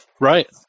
Right